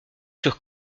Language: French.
sur